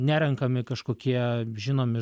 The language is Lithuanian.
nerenkami kažkokie žinomi